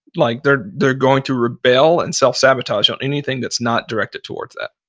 like they're they're going to rebel and self-sabotage on anything that's not directed towards that.